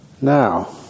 Now